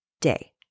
day